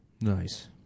Nice